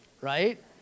right